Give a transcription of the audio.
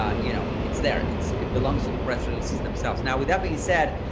ah you know, it's there, it's it belongs to the press releases themselves. now, with that being said,